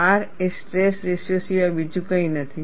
R એ stress ratio સિવાય બીજું કંઈ નથી